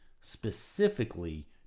specifically